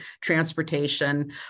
transportation